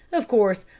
of course,